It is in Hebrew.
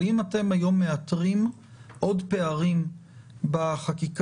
אבל האם אתם היום מאתרים עוד פערים בחקיקה,